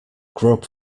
grub